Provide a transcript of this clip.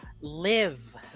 live